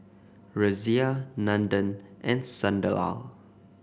Razia Nandan and Sunderlal